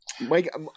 Mike